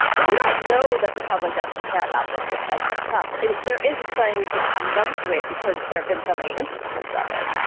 but we don't know that the public doesn't care about this with president trump. there is this feeling we've become numb to it because there've been so many instances of it